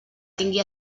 tingui